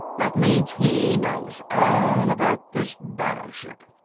that means he knows all about this battleship.